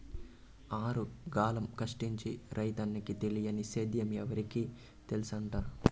ఆరుగాలం కష్టించి రైతన్నకి తెలియని సేద్యం ఎవరికి తెల్సంట